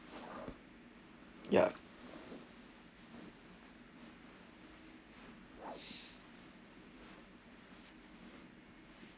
ya